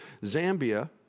Zambia